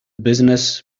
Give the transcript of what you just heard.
business